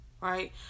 Right